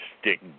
stick